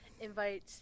invite